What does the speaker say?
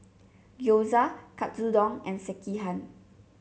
Gyoza Katsudon and Sekihan